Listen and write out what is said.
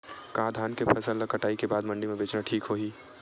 का धान के फसल ल कटाई के बाद मंडी म बेचना ठीक होही?